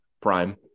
prime